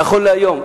נכון להיום,